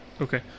Okay